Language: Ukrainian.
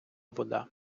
вода